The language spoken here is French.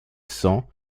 cent